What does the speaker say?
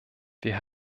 wir